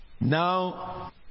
Now